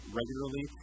regularly